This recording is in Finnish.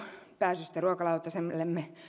pääsystä ruokalautasellemme